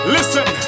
Listen